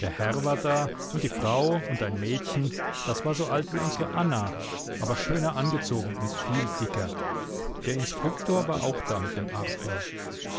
der herr war da und die frau und ein mädchen das war so alt wie unsere anna aber schöner angezogen und viel dicker der instruktor war auch da mit dem arthur